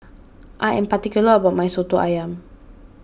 I am particular about my Soto Ayam